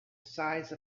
size